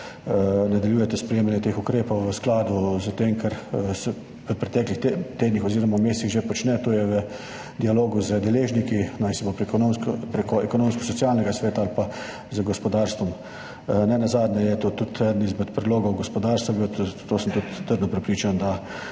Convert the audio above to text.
nadaljujete sprejemanje teh ukrepov v skladu s tem, kar se je v preteklih tednih oziroma mesecih že počelo, to je v dialogu z deležniki, naj si bo prek Ekonomsko-socialnega sveta ali pa z gospodarstvom. Nenazadnje je to bil tudi eden izmed predlogov gospodarstva, zato sem tudi trdno prepričan, da